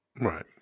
Right